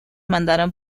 mandaron